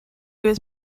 was